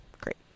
great